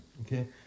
Okay